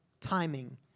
timing